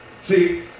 See